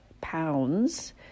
pounds